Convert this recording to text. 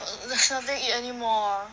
err there's nothing eat anymore